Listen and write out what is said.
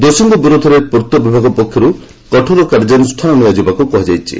ଦୋଷୀଙ୍କ ବିରୁଦ୍ଧରେ ପୂର୍ତ୍ତ ବିଭାଗ ପକ୍ଷରୁ କଠୋର କାର୍ଯ୍ୟାନୁଷ୍ଠାନ ନିଆଯିବାକୁ କୁହାଯାଇଛି